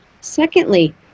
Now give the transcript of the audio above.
Secondly